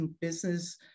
business